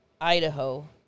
Idaho